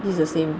this is the same